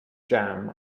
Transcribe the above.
jam